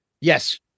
Yes